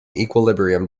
equilibrium